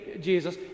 Jesus